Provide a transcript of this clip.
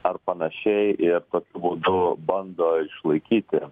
ar panašiai ir tokiu būdu bando išlaikyti